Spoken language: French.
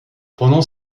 pendant